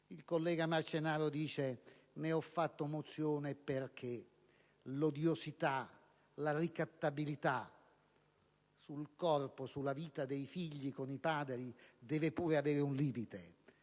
Il collega Marcenaro dice di aver presentato una mozione perché l'odiosità, la ricattabilità sul corpo, sulla vita dei figli con i padri deve pur avere un limite,